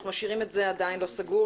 אנחנו משאיר את זה עדיין לא סגור,